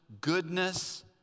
goodness